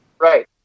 Right